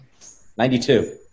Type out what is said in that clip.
92